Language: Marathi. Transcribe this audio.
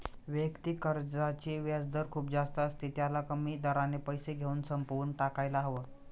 वैयक्तिक कर्जाचे व्याजदर खूप जास्त असते, त्याला कमी दराने पैसे घेऊन संपवून टाकायला हव